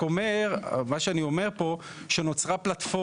אני רק אומר שנוצרה פלטפורמה.